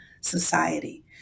society